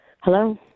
Hello